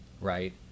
right